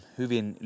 hyvin